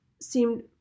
seemed